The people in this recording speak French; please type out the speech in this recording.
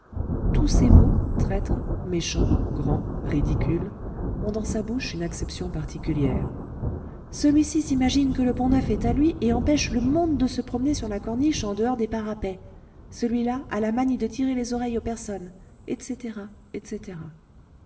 celui-ci s'imagine que le pont-neuf est à lui et empêche le monde de se promener sur la corniche en dehors des parapets celui-là a la manie de tirer les oreilles aux personnes etc etc